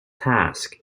task